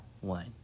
one